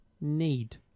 need